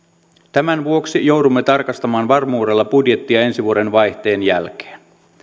tämän vuoksi joudumme tarkastamaan varmuudella budjettia ensi vuoden vaihteen jälkeen